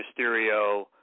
Mysterio